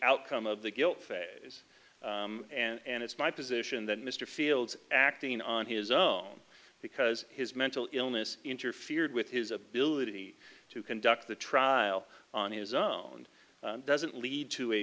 outcome of the guilt phase and it's my position that mr fields acting on his own because his mental illness interfered with his ability to conduct the trial on his own doesn't lead to a